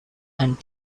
and